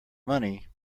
money